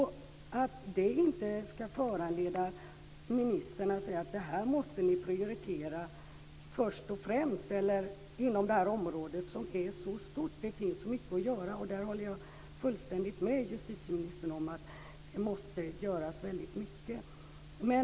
Detta borde väl föranleda ministern att säga: Det här måste ni prioritera först och främst inom detta område som är så stort och där det finns så mycket att göra. Jag håller fullständigt med justitieministern om att det måste göras väldigt mycket.